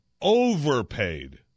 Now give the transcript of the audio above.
overpaid